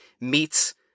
meets